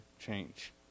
change